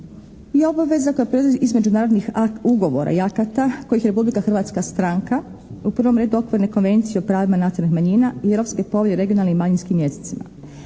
je obaveza koja proizlazi iz međunarodnih ugovora i akata kojih je Republika Hrvatska stranka. U prvom redu Okvirne konvencije o pravima nacionalnih manjina i Europske povelje o regionalnim i manjinskim jezicima.